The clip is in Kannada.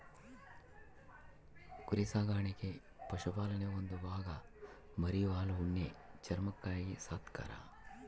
ಕುರಿ ಸಾಕಾಣಿಕೆ ಪಶುಪಾಲನೆಯ ಒಂದು ಭಾಗ ಮರಿ ಹಾಲು ಉಣ್ಣೆ ಚರ್ಮಕ್ಕಾಗಿ ಸಾಕ್ತರ